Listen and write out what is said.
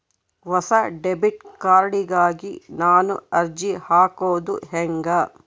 ಹೊಸ debit card ಗಾಗಿ ನಾನು ಅರ್ಜಿ ಹಾಕೊದು ಹೆಂಗ?